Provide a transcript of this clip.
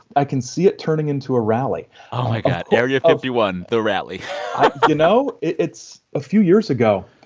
i can see it turning into a rally oh, my god area fifty one, the rally you know, it's a few years ago,